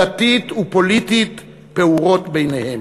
דתית ופוליטית פעורה ביניהן.